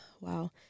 wow